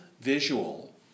visual